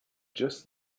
just